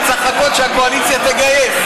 הוא היה צריך לחכות שהקואליציה תגייס.